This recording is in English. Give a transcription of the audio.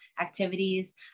activities